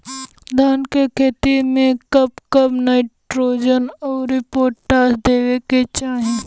धान के खेती मे कब कब नाइट्रोजन अउर पोटाश देवे के चाही?